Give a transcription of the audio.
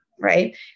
right